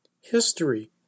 History